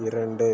இரண்டு